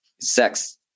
sex